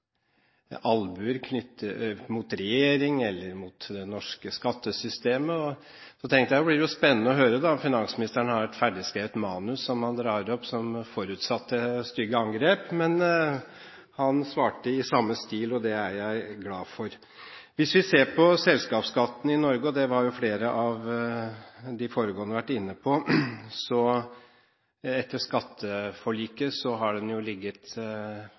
mot regjeringen eller det norske skattesystemet. Så tenkte jeg at det blir spennende å høre om finansministeren har et ferdigskrevet manus som han drar opp, som forutsatte stygge angrep, men han svarte i samme stil. Det er jeg glad for. Hvis vi ser på selskapsskatten i Norge – og det har flere av de foregående talerne vært inne på – så har den etter skatteforliket ligget der den